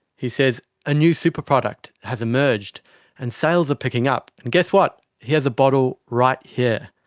he says a new super product has emerged and sales are picking up and, guess what, he has a bottle right here.